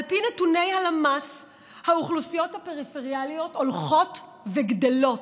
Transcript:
על פי נתוני הלמ"ס האוכלוסיות הפריפריאליות הולכות וגדלות.